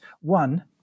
One